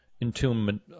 entombment